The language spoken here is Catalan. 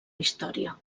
història